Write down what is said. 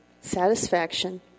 satisfaction